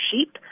sheep